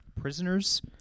prisoners